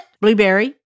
Blueberry